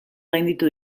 gainditu